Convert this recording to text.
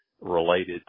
related